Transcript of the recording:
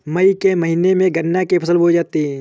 मई के महीने में गन्ना की फसल बोई जाती है